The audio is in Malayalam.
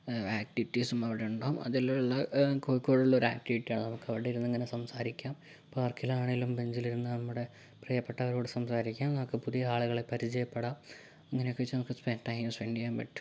ആക്ടിവിറ്റീസും അവിടെ ഉണ്ടാവും അതിലുള്ള കോഴിക്കോടുള്ള ഒരു ആക്ടിവിറ്റി ആണ് നമുക്കവിടെ ഇരുന്ന് ഇങ്ങനെ സംസാരിക്കാം പാർക്കിലാണെങ്കിലും ബെഞ്ചിൽ ഇരുന്ന് നമ്മുടെ പ്രിയപ്പെട്ടവരോട് സംസാരിക്കാം നമുക്ക് പുതിയ ആളുകളെ പരിചയപ്പെടാം അങ്ങനെയൊക്കെ വച്ച് നമുക്ക് സ്പെൻ്റ് ടൈം സ്പെൻ്റ് ചെയ്യാൻ പറ്റും